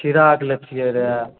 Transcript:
खीराके लैथिए रऽ